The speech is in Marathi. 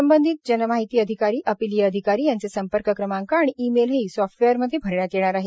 संबंधित जनमाहिती अधिकारी अपिलीय अधिकारी यांचे संपर्क क्रमांक आणि ई मेलही याच सॉफ्टवेअरमध्ये भरण्यात येणार आहे